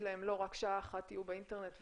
להם 'רק שעה אחת תהיו באינטרנט וזהו',